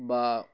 বা